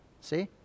See